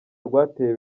rwateye